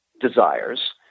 desires